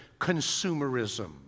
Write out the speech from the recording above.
consumerism